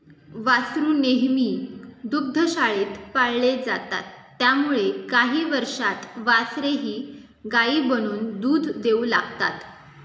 वासरू नेहमी दुग्धशाळेत पाळले जातात त्यामुळे काही वर्षांत वासरेही गायी बनून दूध देऊ लागतात